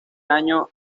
año